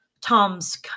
Tom's